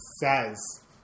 says